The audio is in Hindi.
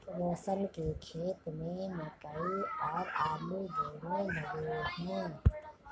रोशन के खेत में मकई और आलू दोनो लगे हैं